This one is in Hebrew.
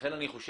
לכן אני חושב,